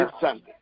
Sunday